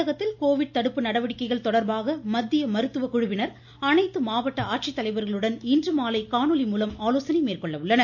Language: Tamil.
தமிழகத்தில் கோவிட் தடுப்பு நடவடிக்கைகள் தொடா்பாக மத்திய மருத்துவக்குழுவினா் அனைத்து மாவட்ட ஆட்சித்தலைவா்களுடன் இன்றுமாலை காரொணாலி மூலம் ஆலோசனை மேற்கொள்ள உள்ளனர்